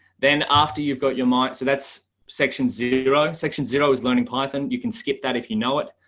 then after you've got your mind, so that's section zero. section zero is learning python, you can skip that if you know it.